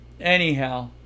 anyhow